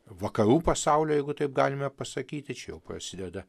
vakarų pasaulio jeigu taip galime pasakyti čia jau prasideda